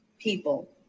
people